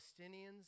Palestinians